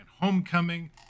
Homecoming